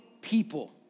people